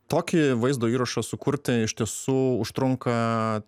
tokį vaizdo įrašą sukurti iš tiesų užtrunka